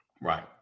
Right